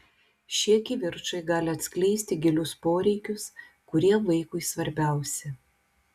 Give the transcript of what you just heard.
šie kivirčai gali atskleisti gilius poreikius kurie vaikui svarbiausi